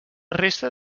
resta